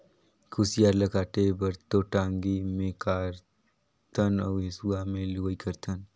कुसियार ल काटे बर तो टांगी मे कारथन अउ हेंसुवा में लुआई करथन